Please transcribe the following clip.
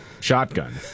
shotgun